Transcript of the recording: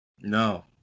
No